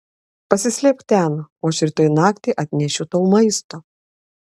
pasislėpk ten o aš rytoj naktį atnešiu tau maisto